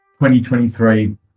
2023